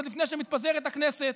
עוד לפני שמתפזרת הכנסת.